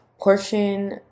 portion